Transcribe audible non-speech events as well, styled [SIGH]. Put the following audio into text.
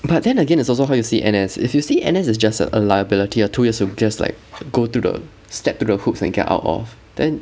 but then again it's also how you see N_S if you see N_S as just a a liability your two years you just like [NOISE] go to the step to the hoops and get out of then